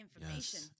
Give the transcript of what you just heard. information